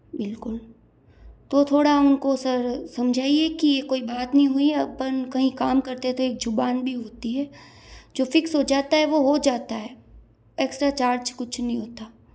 बिल्कुल तो थोड़ा उन को सर समझाइए कि ये कोई बात नहीं हुई अपन कहीं काम करते हैं तो एक ज़ुबान भी होती है जो फ़िक्स हो जाता है वो हो जाता है एक्स्ट्रा चार्ज कुछ नहीं होता